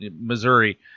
Missouri